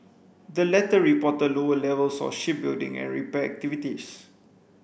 the latter reported lower levels of shipbuilding and repair activities